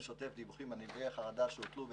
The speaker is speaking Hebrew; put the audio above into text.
שוטף דיווחים על נפגעי חרדה שאותרו וטופלו.